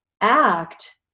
act